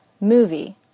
movie